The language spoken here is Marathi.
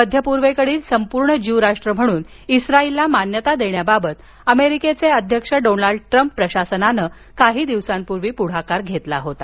मध्यपूर्वेकडील संपूर्ण ज्यू राष्ट्र म्हणून इस्राईलला मान्यता देण्याबाबत अमेरिकेचे अध्यक्षडोनाल्ड ट्रम्प प्रशासनानं काही दिवसांपूर्वी पुढाकार घेतला होता